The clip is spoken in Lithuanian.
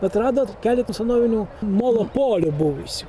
atrado keleta senovinių molo polių buvusių